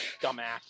Dumbass